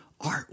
art